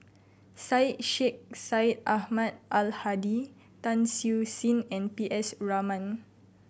Syed Sheikh Syed Ahmad Al Hadi Tan Siew Sin and P S Raman